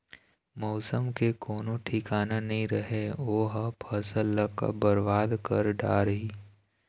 मउसम के कोनो ठिकाना नइ रहय ओ ह फसल ल कब बरबाद कर डारही